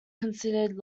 considered